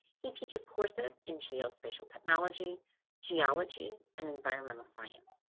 he teaches courses in geospatial technology geology and environmental science.